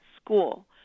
school